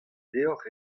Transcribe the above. deocʼh